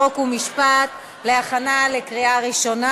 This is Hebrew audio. חוק ומשפט להכנה לקריאה ראשונה.